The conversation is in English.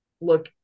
look